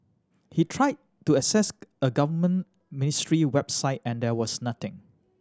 he tried to access a government ministry website and there was nothing